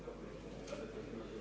Hvala vam.